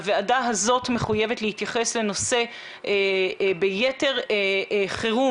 הוועדה הזאת מחויבת להתייחס לנושא ביתר חירום